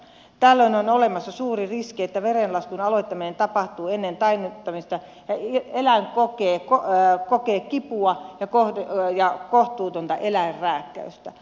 tällöin on olemassa suuri riski että verenlaskun aloittaminen tapahtuu ennen tainnuttamista ja eläin kokee kipua ja kohtuutonta eläinrääkkäystä